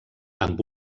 amb